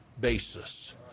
basis